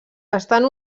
estan